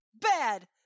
Bad